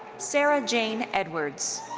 sarah jane edwards.